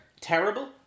terrible